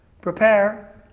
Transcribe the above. Prepare